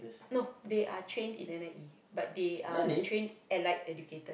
no they are trained in N_I_E but they are trained Allied-Educators